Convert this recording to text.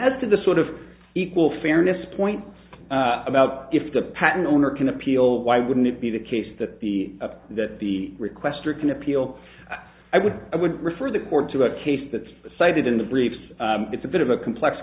to the sort of equal fairness point about if the patent owner can appeal why wouldn't it be the case that the that the requestor can appeal i would i would refer the court to a case that's cited in the briefs it's a bit of a complex